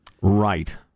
Right